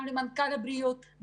גם למנכ"ל משרד הבריאות,